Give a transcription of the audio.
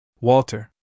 Walter